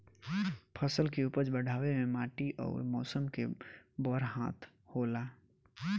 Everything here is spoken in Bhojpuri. फसल के उपज बढ़ावे मे माटी अउर मौसम के बड़ हाथ होला